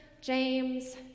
James